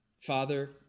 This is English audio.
Father